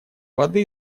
воды